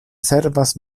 servas